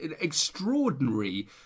extraordinary